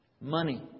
Money